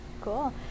Cool